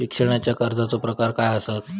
शिक्षणाच्या कर्जाचो प्रकार काय आसत?